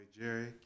Jerry